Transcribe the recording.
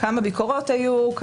כמה ביקורות היו.